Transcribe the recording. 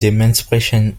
dementsprechend